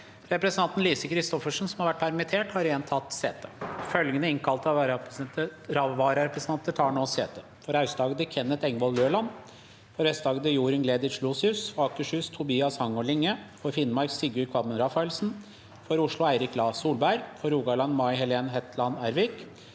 Representanten Lise Chris- toffersen, som har vært permittert, har igjen tatt sete. Følgende innkalte vararepresentanter tar nå sete: For Aust-Agder: Kenneth Engvoll Løland For Vest-Agder: Jorunn Gleditsch Lossius For Akershus: Tobias Hangaard Linge For Finnmark: Sigurd Kvammen Rafaelsen For Oslo: Eirik Lae Solberg For Rogaland: May Helen Hetland Ervik